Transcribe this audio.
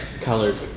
colored